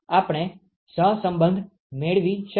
આપણે સહસંબંધ મેળવી શકીએ